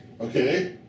Okay